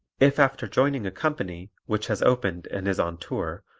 if after joining a company, which has opened and is on tour,